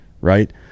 Right